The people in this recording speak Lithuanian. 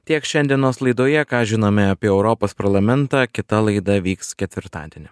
tiek šiandienos laidoje ką žinome apie europos parlamentą kita laida vyks ketvirtadienį